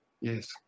Yes